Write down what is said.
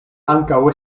ankaŭ